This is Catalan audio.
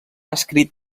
escrit